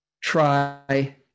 try